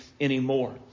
anymore